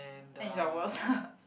and you're worse